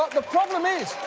the problem is,